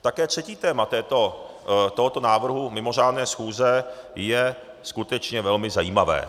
Také třetí téma tohoto návrhu mimořádné schůze je skutečně velmi zajímavé.